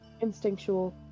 instinctual